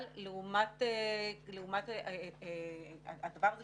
אבל לעומת הדבר הזה